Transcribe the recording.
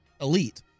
elite